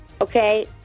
okay